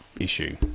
issue